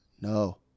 No